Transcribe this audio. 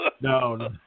no